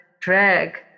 drag